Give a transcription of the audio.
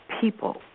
people